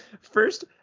first